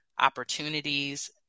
opportunities